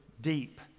deep